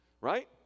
Right